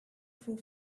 for